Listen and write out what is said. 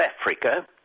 Africa